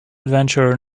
adventure